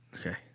Okay